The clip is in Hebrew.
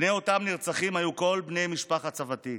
בני אותם נרצחים היו כל בני משפחת סבתי,